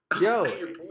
Yo